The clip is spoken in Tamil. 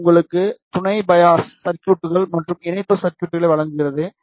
சி உங்களுக்கு துணை பையாஸ் சர்குய்ட்கள் மற்றும் இணைப்பு சர்குய்ட்களை வழங்குகிறது